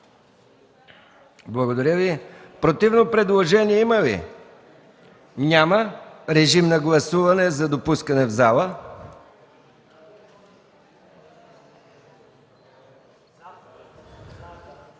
Благодаря Ви. Противно предложение има ли? Няма. Режим на гласуване за допускане в залата.